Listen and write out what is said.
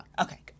okay